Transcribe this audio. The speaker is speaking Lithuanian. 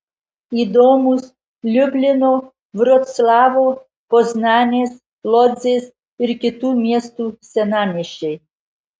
įdomūs liublino vroclavo poznanės lodzės ir kitų miestų senamiesčiai